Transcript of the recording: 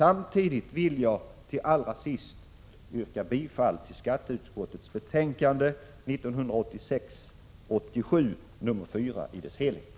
Allra sist vill jag yrka bifall till skatteutskottets hemställan i betänkande nr 1986/87:4 i dess helhet.